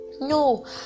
no